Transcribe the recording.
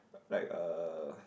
like uh